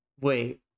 Wait